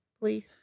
please